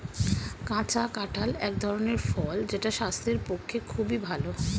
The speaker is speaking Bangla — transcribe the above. কাঁচা কাঁঠাল এক ধরনের ফল যেটা স্বাস্থ্যের পক্ষে খুবই ভালো